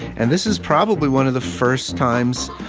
and this is probably one of the first times,